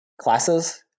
classes